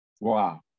Wow